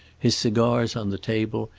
his cigars on the table,